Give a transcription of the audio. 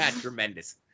Tremendous